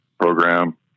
program